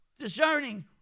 Discerning